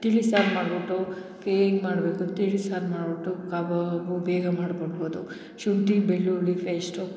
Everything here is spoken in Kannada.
ತಿಳಿಸಾರು ಮಾಡ್ಬಿಟ್ಟು ಮಾಡಬೇಕು ತಿಳಿಸಾರು ಮಾಡಿಬಿಟ್ಟು ಕಬಾಬು ಬೇಗ ಮಾಡಿಬಿಡ್ಬೋದು ಶುಂಠಿ ಬೆಳ್ಳುಳ್ಳಿ ಪೇಶ್ಟು